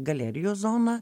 galerijos zona